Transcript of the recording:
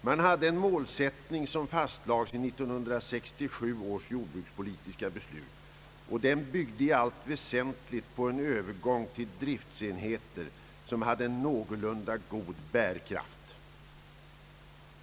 Man hade en målsättning, som fastlades i 1967 års jordbrukspolitiska beslut, och den byggde i allt väsentligt på en övergång till driftsenheter med någorlunda god bärkraft.